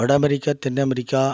வட அமெரிக்கா தென் அமெரிக்கா